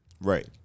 Right